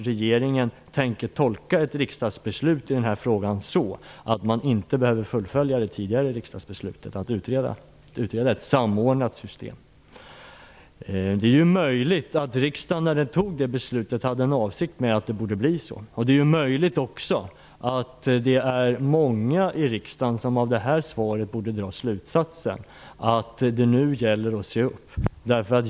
Regeringen tänker tolka ett riksdagsbeslut i den här frågan så, att man inte behöver fullfölja det tidigare riksdagsbeslutet om att man skall utreda ett samordnat system. När riksdagen fattade detta beslut var det möjligt att man hade en avsikt med det. Det är också möjligt att många i denna kammare av det här svaret drar slutsatsen att det nu gäller att se upp.